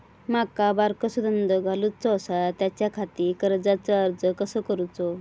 माका बारकोसो धंदो घालुचो आसा त्याच्याखाती कर्जाचो अर्ज कसो करूचो?